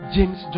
James